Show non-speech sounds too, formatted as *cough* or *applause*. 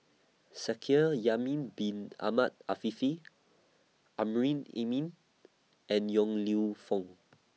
Shaikh *unintelligible* Bin Ahmed Afifi Amrin Amin and Yong Lew Foong